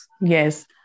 Yes